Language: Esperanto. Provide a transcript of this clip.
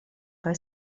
kaj